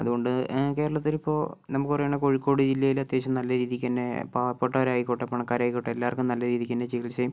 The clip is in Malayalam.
അതുകൊണ്ട് കേരളത്തിലിപ്പോൾ നമുക്ക് പറയുകയാണെങ്കിൽ കോഴിക്കോട് ജില്ലയിൽ അത്യാവശ്യം നല്ല രീതിയ്ക്ക് തന്നെ പാവപ്പെട്ടവരായിക്കോട്ടെ പണക്കാരായിക്കോട്ടെ എല്ലാർക്കും നല്ല രീതിയ്ക്ക് തന്നെ ചികിത്സയും